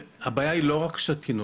הבעיה היא לא רק שתיינות,